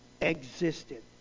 existed